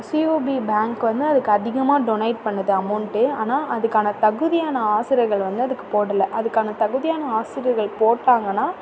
CUB bank வந்து அதுக்கு அதிகமாக டொனேட் பண்ணுது அமௌண்ட்டு ஆனால் அதுக்கான தகுதியான ஆசிரியர்கள் வந்து அதுக்கு போடலை அதுக்கான தகுதியான ஆசிரியர்கள் போட்டாங்கன்னா